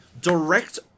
direct